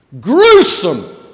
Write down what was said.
gruesome